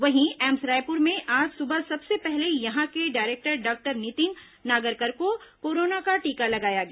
वहीं एम्स रायपुर में आज सुबह सबसे पहले यहां के डायरेक्टर डॉक्टर नितिन नागरकर को कोरोना का टीका लगाया गया